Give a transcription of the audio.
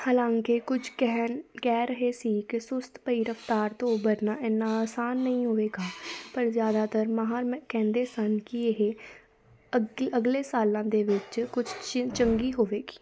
ਹਾਲਾਂਕਿ ਕੁਛ ਕਹਿਣ ਕਹਿ ਰਹੇ ਸੀ ਕਿ ਸੁਸਤ ਪਈ ਰਫ਼ਤਾਰ ਤੋਂ ਉੱਭਰਨਾ ਇੰਨਾ ਆਸਾਨ ਨਹੀਂ ਹੋਵੇਗਾ ਪਰ ਜ਼ਿਆਦਾਤਰ ਮਾਹਰ ਕਹਿੰਦੇ ਸਨ ਕਿ ਇਹ ਅਗ ਅਗਲੇ ਸਾਲਾਂ ਦੇ ਵਿੱਚ ਕੁਛ ਚੰ ਚੰਗੀ ਹੋਵੇਗੀ